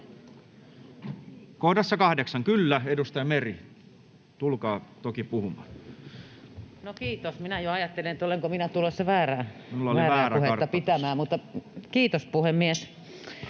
Kohdassa 8, kyllä. — Edustaja Meri, tulkaa toki puhumaan. [Leena Meri: No kiitos. Minä jo ajattelin, olenko minä tulossa väärää puhetta pitämään.] Kiitos, puhemies!